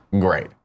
Great